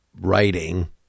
writing